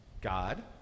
God